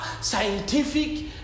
scientific